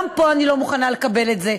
גם פה אני לא מוכנה לקבל את זה,